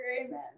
Amen